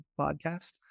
podcast